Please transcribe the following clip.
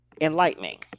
enlightening